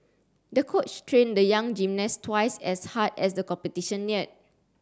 the coach trained the young gymnast twice as hard as the competition neared